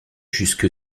jusque